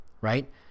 right